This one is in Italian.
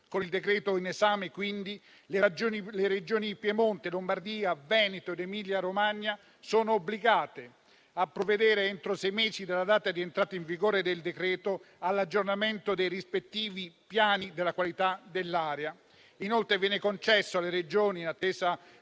Con il decreto-legge in esame quindi le Regioni Piemonte, Lombardia, Veneto ed Emilia-Romagna sono obbligate a provvedere entro sei mesi dalla sua data di entrata in vigore all'aggiornamento dei rispettivi piani della qualità dell'aria. Inoltre, in attesa dell'aggiornamento